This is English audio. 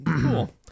Cool